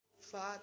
Father